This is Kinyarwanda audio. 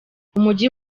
umujyi